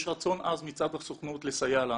יש רצון עז מצד הסוכנות לסייע לנו.